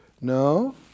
No